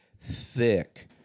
thick